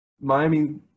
Miami